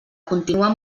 continuar